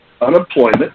unemployment